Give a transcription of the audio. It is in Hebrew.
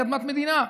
היא אדמת מדינה.